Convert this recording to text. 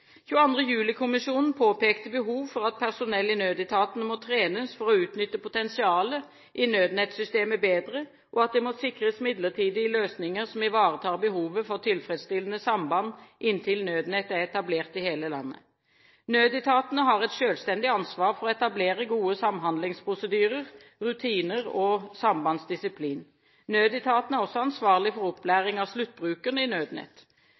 22. juli-kommisjonen påpekte behov for at personell i nødetatene må trenes for å utnytte potensialet i nødnettsystemet bedre, og at det må sikres midlertidige løsninger som ivaretar behovet for tilfredsstillende samband inntil Nødnett er etablert i hele landet. Nødetatene har et selvstendig ansvar for å etablere gode samhandlingsprosedyrer, rutiner og sambandsdisiplin. Nødetatene er også ansvarlig for opplæring av sluttbrukerne i Nødnett.